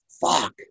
fuck